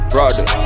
Brother